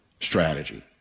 strategy